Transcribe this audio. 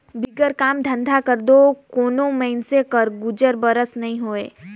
बिगर काम धंधा कर दो कोनो मइनसे कर गुजर बसर नी होए